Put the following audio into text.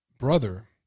brother